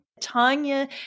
Tanya